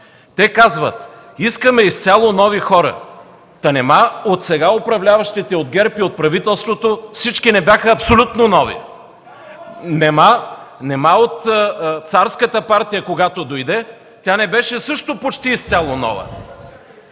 Те казват: „Искаме изцяло нови хора!” Та нима от сега управляващите от ГЕРБ и от правителството всички не бяха абсолютно нови? Нима от царската партия, когато дойде, тя не беше също почти изцяло нова?!